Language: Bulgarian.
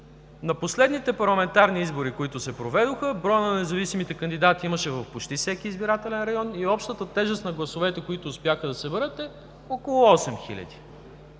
На последните парламентарни избори, които се проведоха, броят на независимите кандидати – имаше във почти всеки избирателен район , и общата тежест на гласовете, които успяха да съберат, е около осем